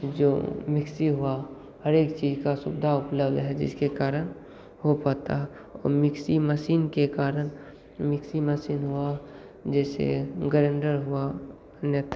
जो मिक्सी हुआ हर एक चीज का सुविधा उपलब्ध है जिसके कारण हो पाता है और मिक्सी मसीन के कारण मिक्सी मसीन हुआ जैसे गरेंडर हुआ नहीं तो